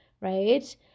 right